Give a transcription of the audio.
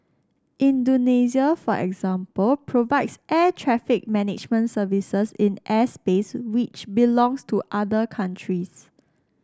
Indonesia for example provides air traffic management services in airspace which belongs to other countries